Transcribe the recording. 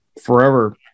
forever